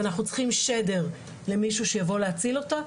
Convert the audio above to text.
ואנחנו צריכים שדר למישהו שיבוא להציל אותה,